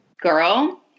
girl